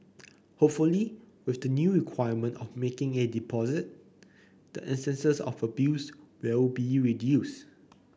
hopefully with the new requirement of making a deposit the instances of abuse will be reduced